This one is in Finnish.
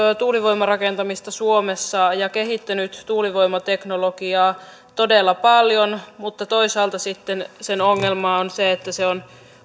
tuulivoimarakentamista suomessa ja kehittänyt tuulivoimateknologiaa todella paljon mutta toisaalta sitten sen ongelma on se että se on